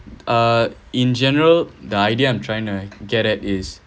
uh in general the idea I'm trying to get at is